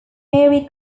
mary